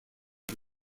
who